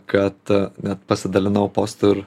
kad net pasidalinau postu ir